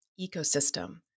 ecosystem